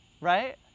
right